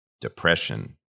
depression